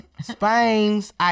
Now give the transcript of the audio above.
Spain's